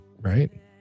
right